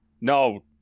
no